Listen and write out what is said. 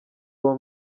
uwo